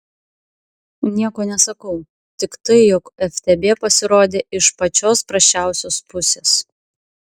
nieko nesakau tik tai jog ftb pasirodė iš pačios prasčiausios pusės